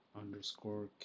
underscore